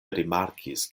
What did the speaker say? rimarkis